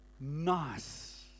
nice